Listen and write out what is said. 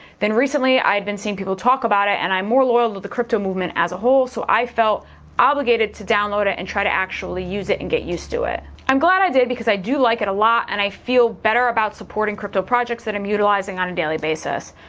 then recently i had been seeing people talk about it and i'm more loyal to the crypto movement as a whole so i felt obligated to download it and try to actually use it and get used to it. i'm glad i did because i do like it a lot and i feel better about supporting crypto projects that i'm utilizing on a daily basis.